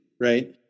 Right